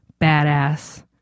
badass